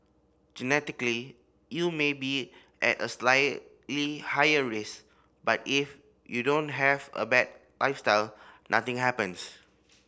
genetically you may be at a slightly higher risk but if you don't have a bad lifestyle nothing happens